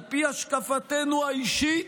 על פי השקפותינו האישית,